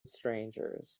strangers